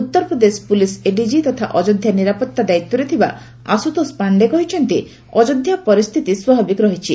Uttar Pradesh police ADG ତଥା ଅଯୋଧ୍ୟା ନିରାପତ୍ତା ଦାୟିତ୍ୱରେ ଥିବା ଆଶୁତୋଷ ପାଣ୍ଡେ କହିଛନ୍ତି ଅଯୋଧ୍ୟା ପରିସ୍ଥିତି ସ୍ୱାଭାବିକ ରହିଛି